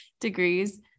degrees